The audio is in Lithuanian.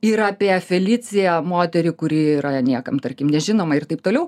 yra apie feliciją moterį kuri yra niekam tarkim nežinoma ir taip toliau